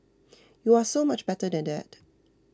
you are so much better than that